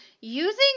using